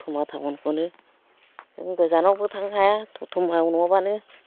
द'तमा टाउनखौनो जों गोजानावबो थांनो हाया द'तमायाव नङाबानो